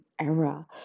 era